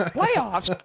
Playoffs